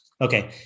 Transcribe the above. okay